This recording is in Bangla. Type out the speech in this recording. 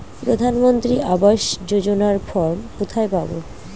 প্রধান মন্ত্রী আবাস যোজনার ফর্ম কোথায় পাব?